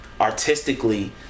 Artistically